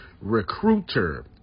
recruiter